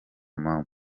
mpamvu